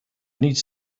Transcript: needs